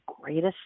greatest